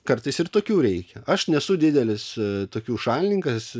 kartais ir tokių reikia aš nesu didelis tokių šalininkas